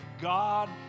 god